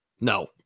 No